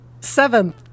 Seventh